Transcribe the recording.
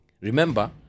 Remember